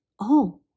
Oh